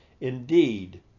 Indeed